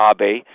Abe